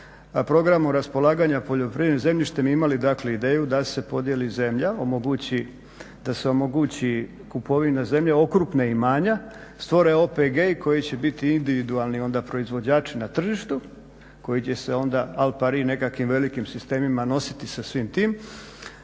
Programom raspolaganja poljoprivrednim zemljištem imali, dakle ideju da se podijeli zemlja, da se omogući kupovina zemlje, okrupne imanja, stvore OPG-i koji će biti individualni onda proizvođači na tržištu koji će se onda al pari nekakvim velikim sistemima nositi sa svim tim